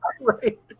Right